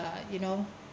uh you know